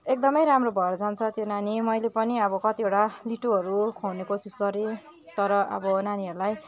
एकदमै राम्रो भएर जान्छ त्यो नानी मैले पनि अब कतिवटा लिटोहरू खुवाउने कोसिस गरेँ तर अब नानीहरूलाई